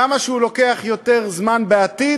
כמה שהוא לוקח יותר זמן בעתיד,